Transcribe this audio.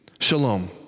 Shalom